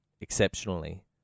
exceptionally